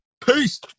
Peace